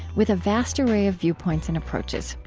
with a vast array of viewpoints and approaches.